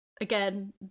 Again